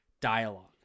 dialogue